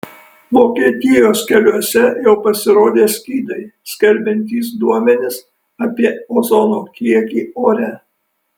vokietijos keliuose jau pasirodė skydai skelbiantys duomenis apie ozono kiekį ore